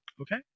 okay